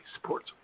supports